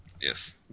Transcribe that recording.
Yes